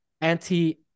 anti